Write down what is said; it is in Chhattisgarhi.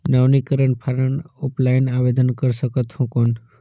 नवीनीकरण फारम ऑफलाइन आवेदन कर सकत हो कौन?